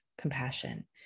compassion